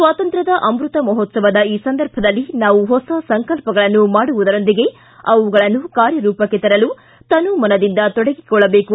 ಸ್ವಾತಂತ್ರ್ಯದ ಅಮ್ಮತ ಮಹೋತ್ಸವದ ಈ ಸಂದರ್ಭದಲ್ಲಿ ನಾವು ಹೊಸ ಸಂಕಲ್ಪಗಳನ್ನು ಮಾಡುವುದರೊಂದಿಗೆ ಅವುಗಳನ್ನು ಕಾರ್ಯರೂಪಕ್ಷೆ ತರಲು ತನು ಮನದಿಂದ ತೊಡಗಿಕೊಳ್ಳಬೇಕು